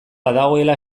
badagoela